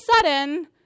sudden